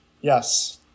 Yes